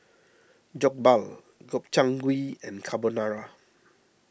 Jokbal Gobchang Gui and Carbonara